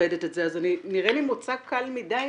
מטרפדת את זה, אז נראה לי מוצא קל מדי